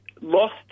Lost